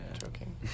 joking